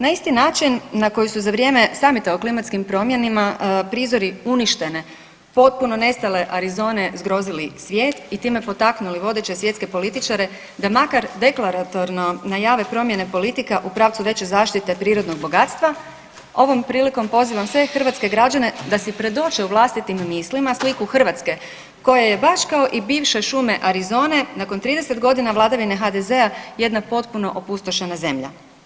Na isti način na koji su za vrijeme Summita o klimatskim promjenama prizori uništene, potpuno nestale Arizone zgrozili svijet i time potaknuli vodeće svjetske političare da makar deklaratorno najave promjene politika u pravcu veće zaštite prirodnog bogatstva ovom prilikom pozivam sve hrvatske građane da si predoče u vlastitim mislima sliku Hrvatske koja je baš kao i bivše šume Arizone nakon 30 godina vladavine HDZ-a jedna potpuno opustošena zemlja.